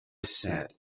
said